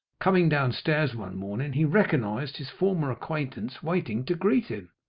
coming down stairs one morning, he recognised his former acquaintance waiting to greet him.